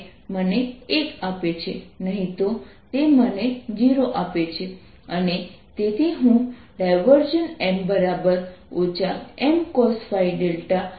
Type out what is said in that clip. તો અહીં spherical coordinate માં r Rr2R2 2rRcoscosθsinsinθcosϕ ϕ લખી શકાય